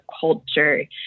culture